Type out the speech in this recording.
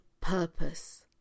purpose